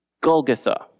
Golgotha